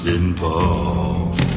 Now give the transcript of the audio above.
involved